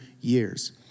years